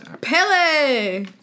Pele